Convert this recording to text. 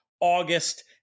August